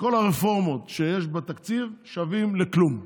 שכל הרפורמות שיש בתקציב שוות לכלום,